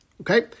Okay